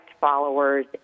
followers